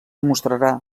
mostrarà